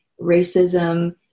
racism